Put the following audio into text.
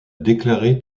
déclaré